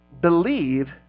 believe